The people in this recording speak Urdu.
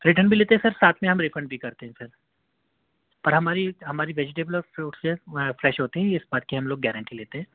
ریٹرن بھی لیتے ہیں سر ساتھ میں ہم ریفنڈ بھی کرتے ہیں سر اور ہماری ہماری ویجیٹیبل اور فروٹس فریش ہوتی ہیں اِس بات کی ہم لوگ گارنٹی لیتے ہیں